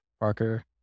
Parker